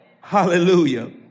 Hallelujah